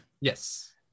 Yes